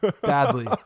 badly